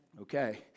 Okay